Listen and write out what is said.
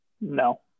No